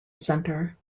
centre